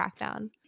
crackdown